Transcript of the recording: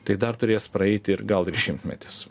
tai dar turės praeiti ir gal ir šimtmetis